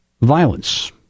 violence